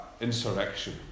insurrection